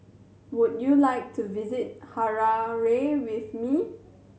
would you like to visit Harare with me